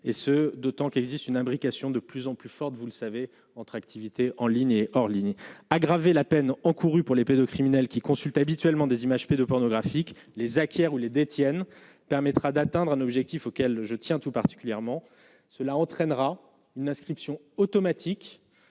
et ce d'autant qu'il existe une imbrication de plus en plus forte, vous le savez, entre activités en ligne et hors ligne aggravé la peine encourue pour les pédocriminels qui consulte habituellement des images pédopornographiques. Les hackers ou les détiennent permettra d'atteindre un objectif auquel je tiens tout particulièrement cela entraînera une inscription automatique